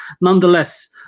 nonetheless